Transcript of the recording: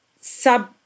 sub